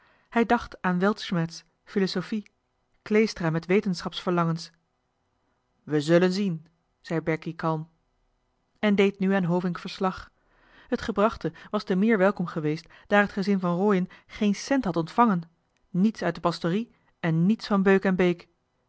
hij dacht aan weltschmerz filozofie kleestra met wetenschaps verlangens we zullen zien zei berkie kalm en deed nu aan hovink verslag het gebrachte was te meer welkom geweest daar het gezin van rooien geen cent had ontvangen niets uit de pastorie en niets van